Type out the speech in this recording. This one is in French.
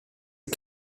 est